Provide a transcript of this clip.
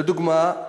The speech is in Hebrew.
לדוגמה,